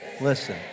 listen